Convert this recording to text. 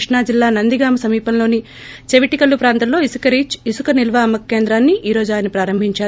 క్రిప్లో జిల్లా నందిగామ సమీపంలోని చెవిటికల్లు ప్రాంతంలో ఇసుక రీచ్ ఇసుక నిల్వ అమ్మ క కేంద్రాన్ని ఈ రోజు ఆయన ప్రారంభించారు